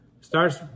starts